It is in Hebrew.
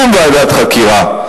שום ועדת חקירה.